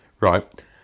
right